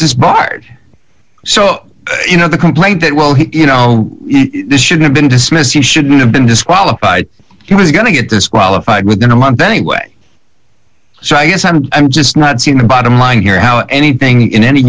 disbarred so you know the complaint that well he you know this should have been dismissed he shouldn't have been disqualified he was going to get disqualified within a month anyway so i guess i'm i'm just not seeing the bottom line here how anything in any